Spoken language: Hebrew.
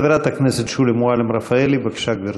חברת הכנסת שולי מועלם-רפאלי, בבקשה, גברתי.